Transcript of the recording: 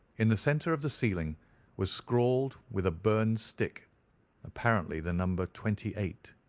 in the centre of the ceiling was scrawled, with a burned stick apparently, the number twenty eight.